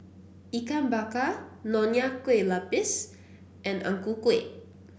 Ikan Bakar Nonya Kueh Lapis and Ang Ku Kueh